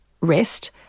rest